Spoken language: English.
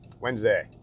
Wednesday